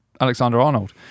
Alexander-Arnold